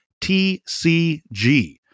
tcg